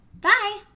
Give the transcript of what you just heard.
Bye